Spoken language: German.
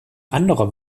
anderer